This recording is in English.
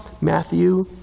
Matthew